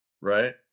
right